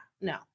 No